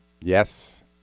Yes